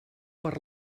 per